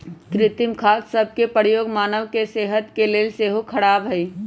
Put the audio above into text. कृत्रिम खाद सभ के प्रयोग मानव के सेहत के लेल सेहो ख़राब हइ